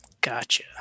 Gotcha